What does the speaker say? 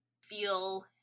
feel